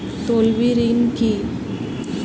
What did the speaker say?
তলবি ঋণ কি?